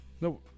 No